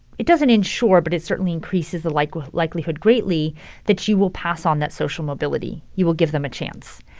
it doesn't ensure, but it certainly increases the like likelihood greatly that you will pass on that social mobility, you will give them a chance.